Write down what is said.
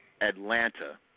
Atlanta